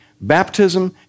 Baptism